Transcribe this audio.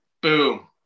boom